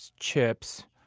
chips,